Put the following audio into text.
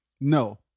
No